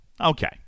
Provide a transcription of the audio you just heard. Okay